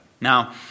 Now